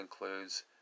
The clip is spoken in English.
includes